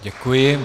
Děkuji.